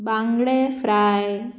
बांगडे फ्राय